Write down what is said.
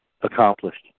accomplished